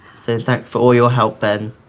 says, thanks for all your help, ben.